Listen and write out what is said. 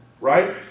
Right